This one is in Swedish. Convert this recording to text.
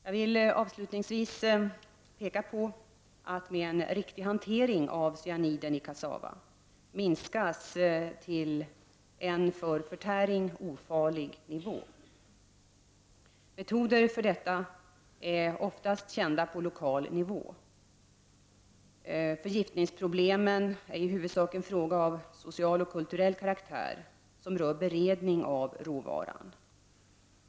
Jag vill avslutningsvis peka på att med en riktig hantering kan cyaniden i kassava minskas till en för förtäring ofarlig nivå. Metoder för detta är oftast kända på lokal nivå. Förgiftningsproblemen är i huvudsak en fråga av social och kulturell karaktär som rör beredning av råvaran.